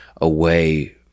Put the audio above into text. away